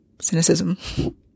cynicism